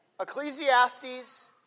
Ecclesiastes